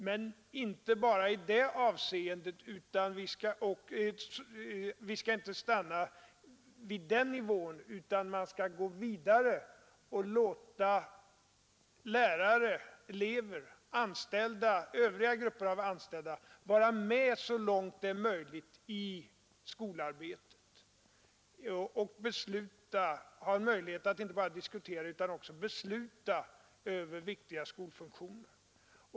Men vi skall inte stanna vid den nivån utan gå vidare och ge elever, lärare och övriga grupper av anställda möjlighet att vara med och inte bara diskutera utan även besluta över viktiga skolfunktioner.